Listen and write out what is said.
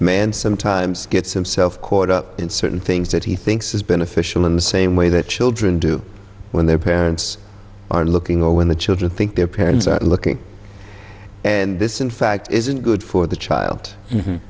man sometimes gets himself caught up in certain things that he thinks is beneficial in the same way that children do when their parents are looking or when the children think their parents are looking and this in fact isn't good for the child